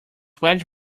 wedge